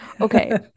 Okay